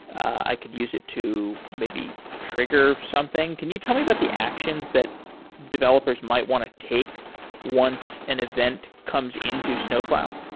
i could use it to maybe trigger something. can you tell me about the actions that developers might want to take once an event comes in to snowplow?